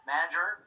Manager